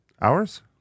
hours